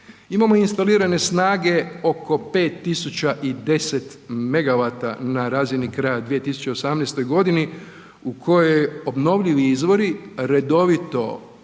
Imamo instalirane snage oko 5.010 Megavata na razini kraja 2018. godini u kojoj obnovljivi izvori redovito,